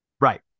Right